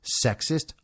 sexist